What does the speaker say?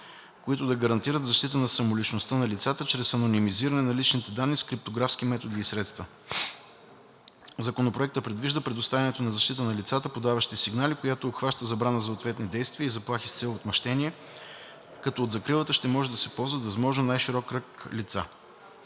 които да гарантират защита на самоличността на лицата чрез анонимизиране на личните данни с криптографски методи и средства. Законопроектът предвижда предоставянето на защита на лицата, подаващи сигнали, която обхваща забрана за ответни действия и заплахи с цел отмъщение, като от закрилата ще може да се ползват възможно най-широк кръг